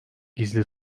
gizli